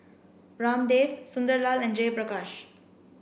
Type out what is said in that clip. Ramdev Sunderlal and Jayaprakash